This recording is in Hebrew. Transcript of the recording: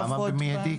כמה מידי?